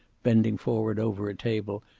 bending forward over a table,